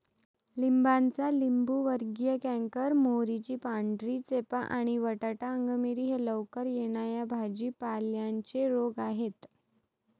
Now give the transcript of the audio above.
लिंबाचा लिंबूवर्गीय कॅन्कर, मोहरीची पांढरी चेपा आणि बटाटा अंगमेरी हे लवकर येणा या भाजी पाल्यांचे रोग आहेत